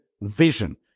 vision